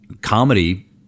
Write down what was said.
comedy